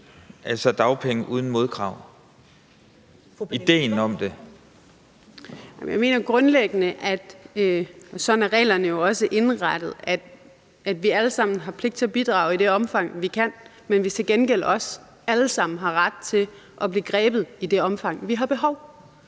15:23 Pernille Skipper (EL): Jeg mener grundlæggende, og sådan er reglerne jo også indrettet, at vi alle sammen har pligt til at bidrage i det omfang, vi kan, men at vi til gengæld også alle sammen har ret til at blive grebet i det omfang, vi har behov